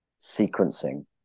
sequencing